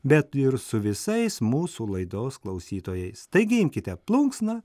bet ir su visais mūsų laidos klausytojais taigi imkite plunksną